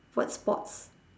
what sports